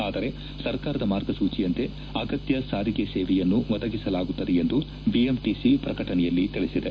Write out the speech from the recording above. ಆದರೆ ಸರ್ಕಾರದ ಮಾರ್ಗಸೂಚಿಯಂತೆ ಅಗತ್ಯ ಸಾರಿಗೆ ಸೇವೆಯನ್ನು ಒದಗಿಸಲಾಗುತ್ತದೆ ಎಂದು ಬಿಎಂಟಿಸಿ ಪ್ರಕಟಣೆಯಲ್ಲಿ ತಿಳಿಸಿದೆ